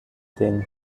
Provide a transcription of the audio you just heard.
den